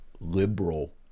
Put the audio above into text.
liberal